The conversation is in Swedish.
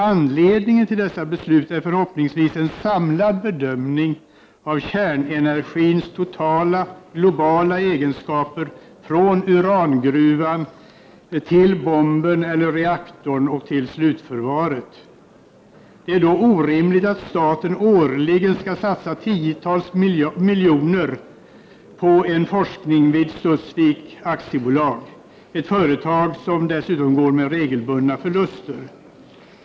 Anledningen till dessa beslut är förhoppningsvis en samlad bedömning av kärnenergins totala och globala egenskaper från urangruvan till bomben eller reaktorn och till slutförvaringen. Det är då orimligt att staten årligen skall satsa tiotals miljoner på en forskning vid Studsvik AB, ett företag som dessutom går med regelbundna förluster.